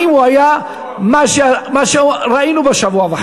האם היה מה שראינו בשבוע וחצי האחרון?